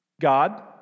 God